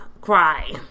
cry